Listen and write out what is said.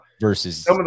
versus